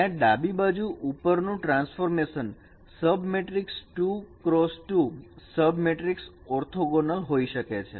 જ્યાં ડાબી બાજુ ઉપર નું transformation sub matrix 2x2 sub matrix orthogonal હોઈ શકે છે